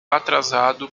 atrasado